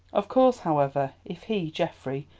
of course, however, if he, geoffrey,